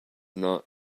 not